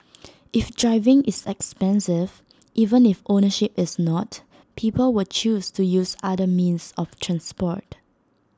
if driving is expensive even if ownership is not people will choose to use other means of transport